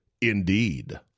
Indeed